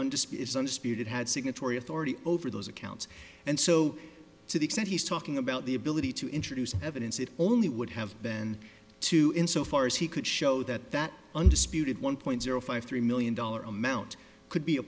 it had signatory authority over those accounts and so to the extent he's talking about the ability to introduce evidence it only would have been too in so far as he could show that that undisputed one point zero five three million dollar amount could be